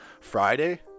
Friday